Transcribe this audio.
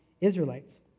Israelites